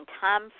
time